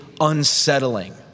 unsettling